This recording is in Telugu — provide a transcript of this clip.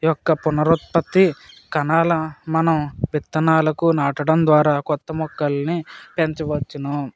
యొక్క పునరుత్పత్తి కణాల మనం విత్తనాలకు నాటడం ద్వారా కొత్త మొక్కల్ని పెంచవచ్చును